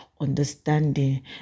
understanding